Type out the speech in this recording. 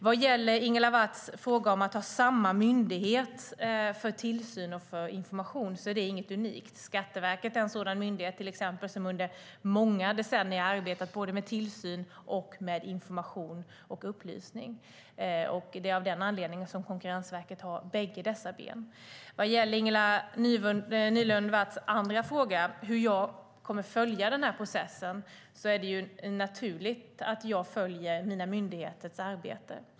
Vad gäller Ingela Nylund Watz fråga om att ha samma myndighet för tillsyn och information är detta inte något unikt. Skatteverket är en sådan myndighet och har under många decennier arbetat med såväl tillsyn som information och upplysning. Det är av den anledningen Konkurrensverket har bägge dessa ben. Vad gäller Ingela Nylund Watz andra fråga om hur jag kommer att följa processen är det naturligt att jag följer mina myndigheters arbete.